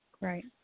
Right